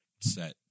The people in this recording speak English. set